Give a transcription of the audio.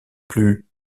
plus